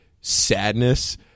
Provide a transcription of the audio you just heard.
sadness